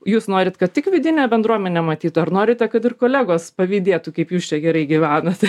jūs norit kad tik vidinė bendruomenė matytų ar norite kad ir kolegos pavydėtų kaip jūs čia gerai gyvenate